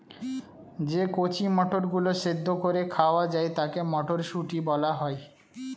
যে কচি মটরগুলো সেদ্ধ করে খাওয়া যায় তাকে মটরশুঁটি বলা হয়